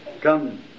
come